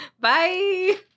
Bye